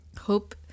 Hope